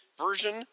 version